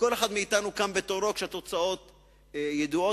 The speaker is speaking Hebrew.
וכל אחד מאתנו קם בתורו, כשהתוצאות ידועות.